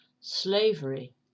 slavery